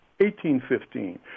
1815